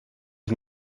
can